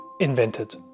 invented